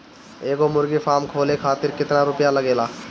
एगो मुर्गी फाम खोले खातिर केतना रुपया लागेला?